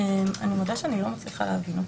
אני מודה שאני לא מצליחה להבין אותך.